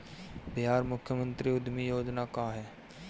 बिहार मुख्यमंत्री उद्यमी योजना का है?